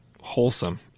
wholesome